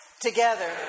Together